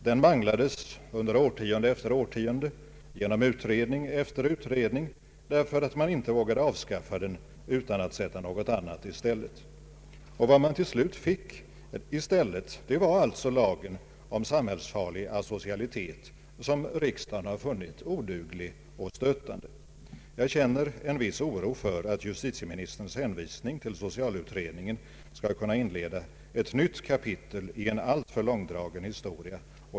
Den manglades under årtionde efter årtionde genom utredning efter utredning, därför att man inte vågade avskaffa den utan att sätta något annat i stället. Vad man till slut fick i stället var lagen om samhällsfarlig asocialitet, som riksdagen alltså har funnit oduglig och stötande. Jag känner en viss oro för att justitieministerns hänvisning till socialutredningen blir ett nytt kapitel i en alltför långdragen historia.